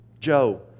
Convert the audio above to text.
Joe